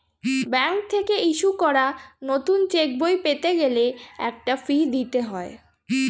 bank থেকে issue করা নতুন চেকবই পেতে গেলে একটা ফি দিতে হয়